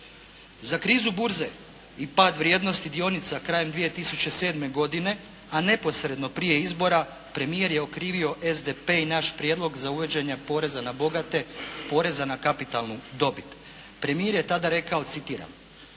Za krizu burze i pad vrijednosti dionica krajem 2007. godine, a neposredno prije izbora, premijer je okrivio SDP i naš prijedlog za uvođenje poreza na bogate, poreza na kapitalnu dobit. Premijer je tada rekao citiram: